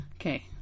Okay